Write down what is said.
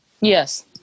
Yes